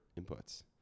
inputs